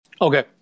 okay